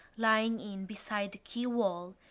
lying in beside the quay wall,